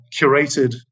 curated